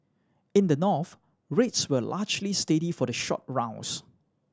in the North rates were largely steady for the short rounds